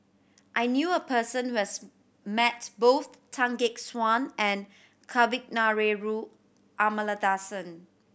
I knew a person who has met both Tan Gek Suan and Kavignareru Amallathasan